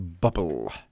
bubble